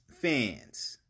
fans